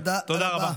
תודה רבה.